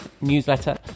newsletter